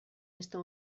esto